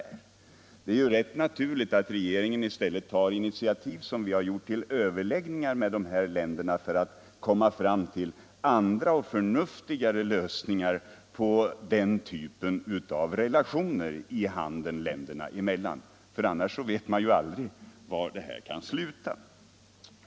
22 maj 1975 Det är rätt naturligt att regeringen i stället tar initiativ — som vihar —— LL gjort — till överläggningar med de andra länderna för att komma fram Lån till trädgårdstill förnuftigare lösningar på den här typen av relationer i handeln länder = näringen emellan. Annars vet man aldrig var detta kan sluta.